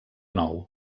nou